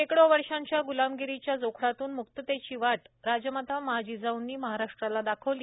शेकडो वर्षांच्या ग्लमागिरीच्या जोखडातून मुक्ततेची वाट राजमाता माँ जिजाऊंनी महाराष्ट्राला दाखविली